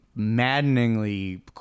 Maddeningly